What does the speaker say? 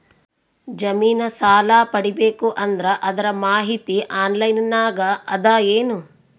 ಜಮಿನ ಸಾಲಾ ಪಡಿಬೇಕು ಅಂದ್ರ ಅದರ ಮಾಹಿತಿ ಆನ್ಲೈನ್ ನಾಗ ಅದ ಏನು?